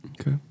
Okay